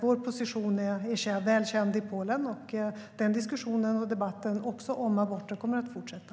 Vår position är som sagt väl känd i Polen, och diskussionen och debatten också om aborter kommer att fortsätta.